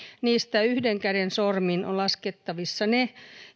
niistä yhden käden sormin on laskettavissa ne